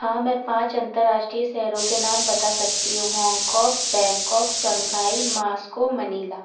हाँ मैं पाँच अंतर्राष्ट्रीय शहरों के नाम बता सकती होंग कॉक बैंकॉक संघाई मास्को मनीला